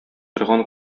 торган